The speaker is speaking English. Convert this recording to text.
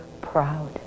proud